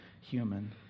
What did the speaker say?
human